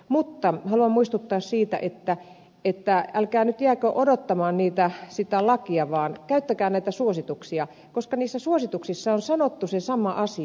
mutta haluan muistuttaa siitä että älkää nyt jääkö odottamaan sitä lakia vaan käyttäkää näitä suosituksia koska niissä suosituksissa on sanottu se sama asia